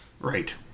Right